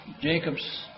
Jacob's